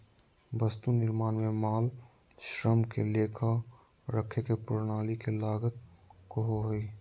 वस्तु निर्माण में माल, श्रम के लेखा रखे के प्रणाली के लागत कहो हइ